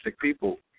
people